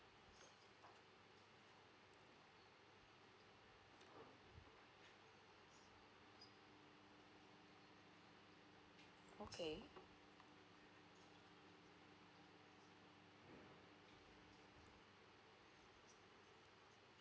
okay